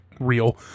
real